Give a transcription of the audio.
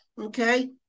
Okay